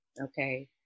okay